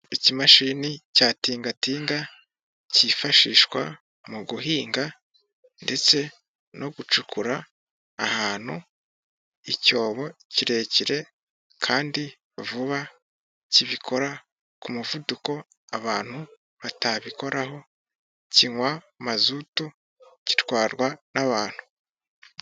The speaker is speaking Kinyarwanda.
Ikimashini cya tingatinga cyifashishwa mu guhinga ndeste no gucukura ahantu icyobo kirekire kandi vuba, kibikora ku muvuduko abantu batabikoraho, kinywa mazutu, gitwarwa n'abantu.